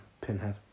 Pinhead